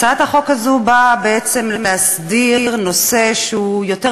ההצעה עוברת לוועדת הכנסת לקביעה של הוועדה שתדון בהמשך